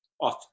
off